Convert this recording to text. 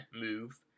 move